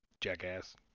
Jackass